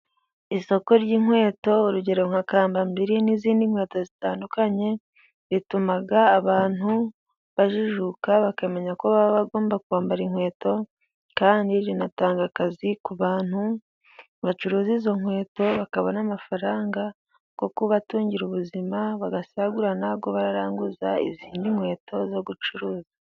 Isoko ry'inkweto urugero nka kambambiri n'izindi nkweto zitandukanye rituma abantu bajijuka bakamenya ko baba bagomba kwambara inkweto, kandi rinatanga akazi ku bantu bacuruza izo nkweto bakabona amafaranga, yo kubatungira ubuzima bagasagura nayo baranguza izindi nkweto zo gucuruza.